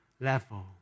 level